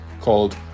called